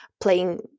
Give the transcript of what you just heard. playing